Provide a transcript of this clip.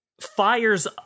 fires